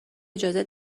اجازه